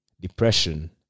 depression